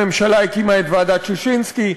הממשלה הקימה את ועדת ששינסקי.